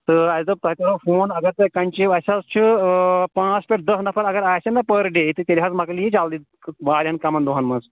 تہٕ اسہِ دوٚپ تۄہہِ کَرَو فون اگر تۄہہِ کنٛچی آسہِ اسہِ حظ چھِ پانٛژھ پٮ۪ٹھ دَہ نَفر اگر آسن نہ پٔر ڈے تیٚلہِ حظ مَکلہِ یہِ جَلدی وارِیاہَن کَمن دۄہَن منٛز